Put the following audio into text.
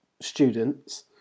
students